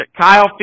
Kyle